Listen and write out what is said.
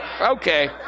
Okay